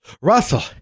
Russell